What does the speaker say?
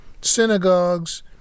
synagogues